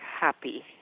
happy